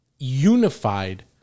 unified